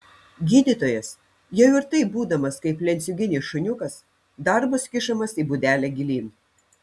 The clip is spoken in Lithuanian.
gydytojas jau ir taip būdamas kaip lenciūginis šuniukas dar bus kišamas į būdelę gilyn